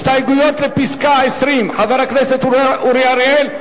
הסתייגות 20, חבר הכנסת אורי אריאל.